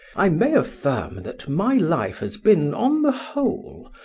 i may affirm that my life has been, on the whole,